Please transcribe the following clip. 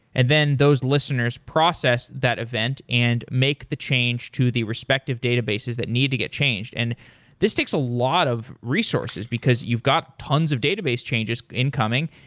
and then those listeners process that event and make the change to the respective databases that need to get changed. and this takes a lot of resources, because you've got tons of database changes in coming.